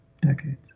decades